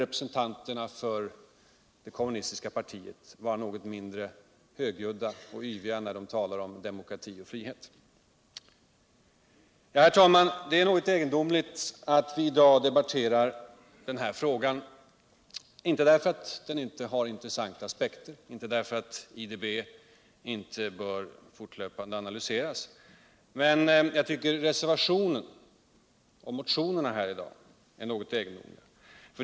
Representanter för det kommunistiska partiet borde också vara något mindre högljudda och yviga när de talar om demokrati och frihet. Herr talman! Det är något egendomligt att vi i dag debatterar den här frågan, inte därför att den saknar intressanta aspekter, inte därför att IDB inte bör analyseras fortlöpande, utan därför att reservationen och motionerna här i dag, tycker jag, är något egendomliga.